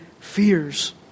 fears